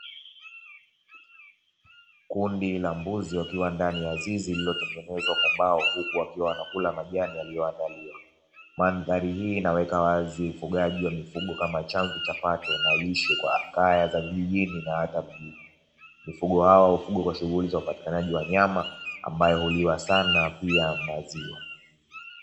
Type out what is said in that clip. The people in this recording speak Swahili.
Kundi la mbuzi wakiwandani ya zizi lililotengenezwa kwa mbao, huku wakiwa wanakula majani yaliyoandaliwa, mandhari hii inaweka wazi ufugaji wa mifugo kama chanzo cha pato na lishe kwa kaya za vijijini na hata mjini mifugo hawa hufugwa kwa upatikanaji wa nyama ambaohuliwa sana na pia maziwa.